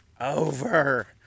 over